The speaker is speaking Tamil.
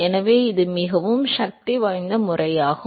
எனவே இது மிகவும் சக்திவாய்ந்த முறையாகும்